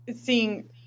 seeing